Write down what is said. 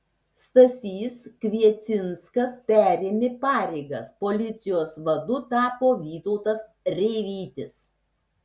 stasys kviecinskas perėmė pareigas policijos vadu tapo vytautas reivytis